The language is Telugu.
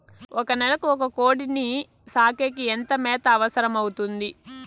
ఒక నెలకు ఒక కోడిని సాకేకి ఎంత మేత అవసరమవుతుంది?